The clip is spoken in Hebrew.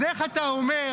אז איך אתה אומר,